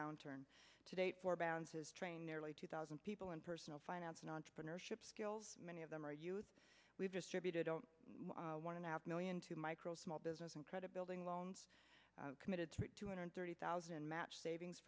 downturn to date for bounces train nearly two thousand people in personal finance and entrepreneurship skills many of them are youth we've distributed on one and a half million to micro small business and credit building loans committed to two hundred thirty thousand match savings